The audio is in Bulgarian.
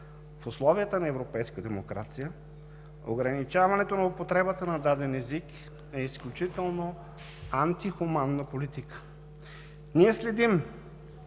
в условията на европейска демокрация ограничаването на употребата на даден език е изключително антихуманна политика. Ние следим